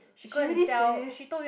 she really say